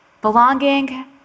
Belonging